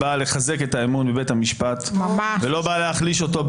בא לחזק את האמון בבית המשפט ולא בא להחליש אותו.